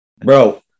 Bro